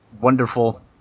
wonderful